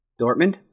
Dortmund